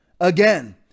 Again